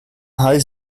hij